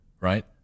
right